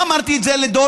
איך אמרתי את זה לדולברג,